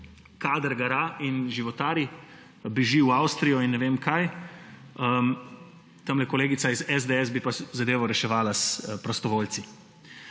kader gara in životari, beži v Avstrijo in ne vem kaj; kolegica iz SDS bi pa zadevo reševala s prostovoljci.